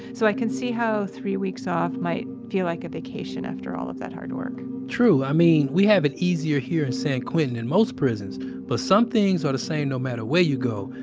so i can see how three weeks off might feel like a vacation after all of that hard work true. i mean, we have it easier here in san quentin than and most prisons but some things are the same no matter where you go.